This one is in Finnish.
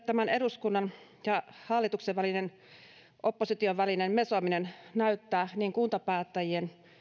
tämän eduskunnan hallituksen ja opposition välinen mesoaminen näyttää niin kuntapäättäjien